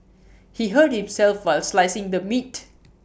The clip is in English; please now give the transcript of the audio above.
he hurt himself while slicing the meat